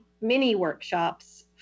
mini-workshops